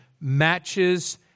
matches